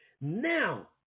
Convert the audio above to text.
Now